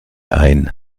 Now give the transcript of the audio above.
ein